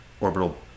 orbital